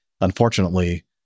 Unfortunately